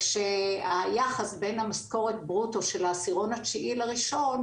כשהיחס בין המשכורת ברוטו של העשירון התשיעי לראשון